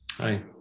Hi